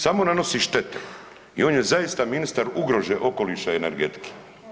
Samo nanosi štetu i on je zaista ministar ugrože okoliša i energetike.